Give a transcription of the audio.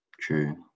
True